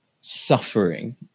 suffering